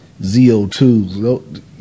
ZO2s